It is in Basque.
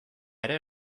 ere